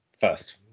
first